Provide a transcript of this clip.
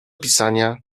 pisania